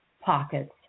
pockets